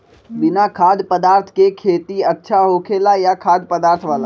बिना खाद्य पदार्थ के खेती अच्छा होखेला या खाद्य पदार्थ वाला?